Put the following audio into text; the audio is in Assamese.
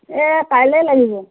এ কাইলেই লাগিব